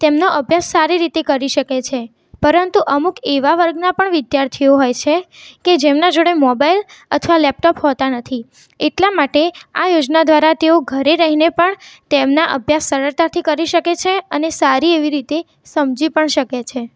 તેમનો અભ્યાસ સારી રીતે કરી શકે છે પરંતુ અમુક એવા વર્ગના પણ વિદ્યાર્થીઓ હોય છે કે જેમના જોડે મોબાઇલ અથવા લેપટોપ હોતાં નથી એટલા માટે આ યોજના દ્વારા તેઓ ઘરે રહીને પણ તેમના અભ્યાસ સરળતાથી કરી શકે છે અને સારી એવી રીતે સમજી પણ શકે છે